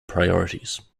priorities